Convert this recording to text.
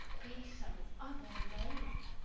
be some other name!